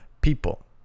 people